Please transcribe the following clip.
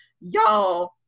y'all